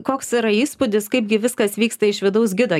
koks yra įspūdis kaipgi viskas vyksta iš vidaus gido